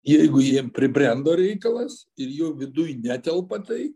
jeigu jiem pribrendo reikalas ir jo viduj netelpa tai